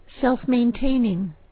self-maintaining